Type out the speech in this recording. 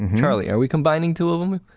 and charlie, are we combining two of them,